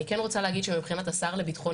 אני כן רוצה להגיד שמבחינת השר לביטחון